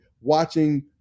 watching